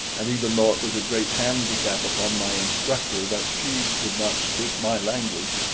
and even though it was a great handicap upon my instructor that she could not speak my language,